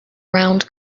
round